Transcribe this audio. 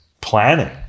planning